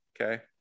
okay